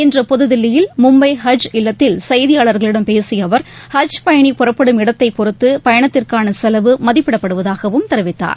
இன்று புதுதில்லியில் மும்பை ஹஜ் இல்லத்தில் செய்தியாளர்களிடம் பேசியஅவர் ஹஜ் பயணி புறப்படும் இடத்தைபொறுத்து பயணத்திற்கானசெலவு மதிப்பிடப்படுவதாகவும் தெரிவித்தார்